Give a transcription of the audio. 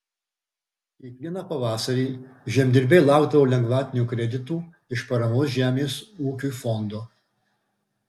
kiekvieną pavasarį žemdirbiai laukdavo lengvatinių kreditų iš paramos žemės ūkiui fondo